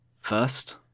First